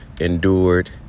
endured